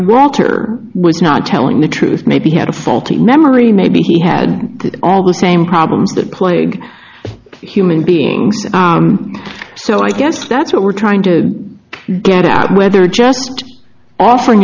walter was not telling the truth maybe he had a faulty memory maybe he had all the same problems that plague human beings so i guess that's what we're trying to get out whether just offering